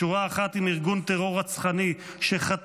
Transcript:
בשורה אחת עם ארגון טרור רצחני שחטף,